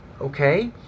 okay